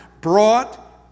brought